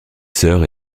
sœurs